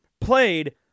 played